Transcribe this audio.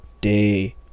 day